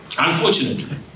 Unfortunately